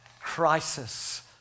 crisis